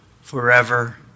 forever